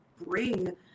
bring